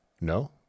No